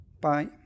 Bye